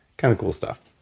kind of cool stuff.